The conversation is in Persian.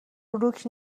بروک